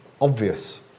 obvious